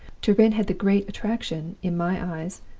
turin had the great attraction, in my eyes,